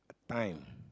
time